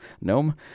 Gnome